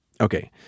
Okay